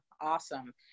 Awesome